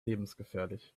lebensgefährlich